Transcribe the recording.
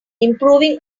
improving